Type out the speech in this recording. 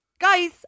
Guys